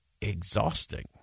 exhausting